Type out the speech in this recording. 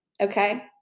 okay